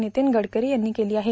वितीन गडकरी यांनी केली आहे